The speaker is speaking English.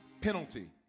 penalty